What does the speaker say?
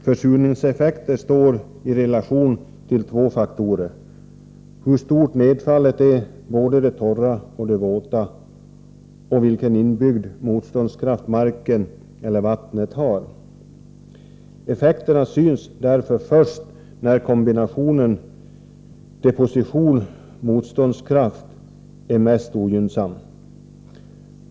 Försurningseffekten står i relation till två faktorer, nämligen hur stort det torra och våta nedfallet är samt vattnets eller markens inbyggda motståndskraft. Effekterna syns först när kombinationen deposition-motståndskraft är mest ogynnsam.